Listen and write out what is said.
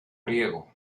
riego